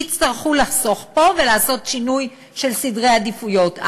יצטרכו לחסוך פה ולעשות שינוי של סדרי עדיפויות,